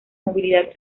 movilidad